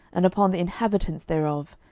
and upon the inhabitants thereof,